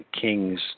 Kings